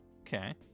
Okay